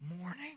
morning